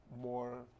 more